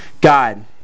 god